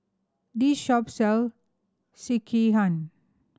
this shop sell Sekihan